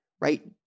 right